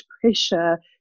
pressure